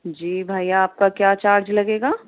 جی بھیا آپ کا کیا چارج لگے گا